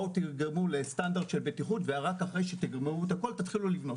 תגרמו לסטנדרט של בטיחות ורק אחרי שתסיימו את זה תתחילו לבנות,